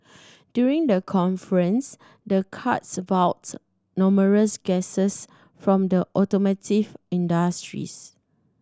during the conference the karts wowed numerous guests from the automotive industries